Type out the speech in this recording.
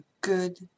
good